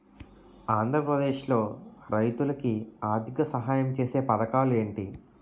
ఆంధ్రప్రదేశ్ లో రైతులు కి ఆర్థిక సాయం ఛేసే పథకాలు ఏంటి?